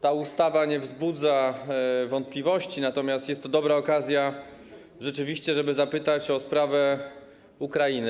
Ta ustawa nie wzbudza wątpliwości, natomiast jest to dobra okazja, żeby zapytać o sprawę Ukrainy.